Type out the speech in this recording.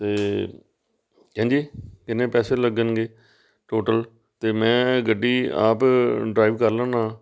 ਅਤੇ ਹੈਂਜੀ ਕਿੰਨੇ ਪੈਸੇ ਲੱਗਣਗੇ ਟੋਟਲ ਅਤੇ ਮੈਂ ਗੱਡੀ ਆਪ ਡਰਾਈਵ ਕਰ ਲੈਂਦਾ